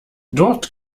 dort